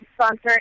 sponsor